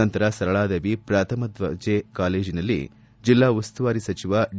ನಂತರ ಸರಳಾದೇವಿ ಪ್ರಥಮ ದರ್ಜೆ ಕಾಲೇಜು ಮೈದಾನದಲ್ಲಿ ಜಿಲ್ಲಾಉಸ್ತುವಾರಿ ಸಚಿವ ಡಿ